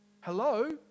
Hello